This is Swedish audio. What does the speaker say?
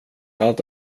allt